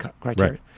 criteria